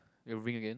you ring again